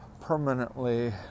permanently